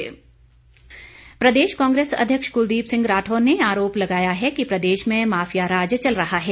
राठौर प्रदेश कांग्रेस अध्यक्ष कुलदीप सिंह राठौर ने आरोप लगाया है कि प्रदेश में माफिया राज चल रहा है